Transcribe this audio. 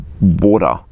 water